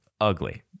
ugly